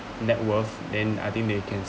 net worth and I think they can